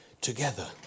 together